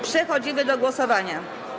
Przechodzimy do głosowania.